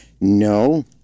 No